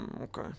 Okay